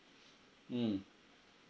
mm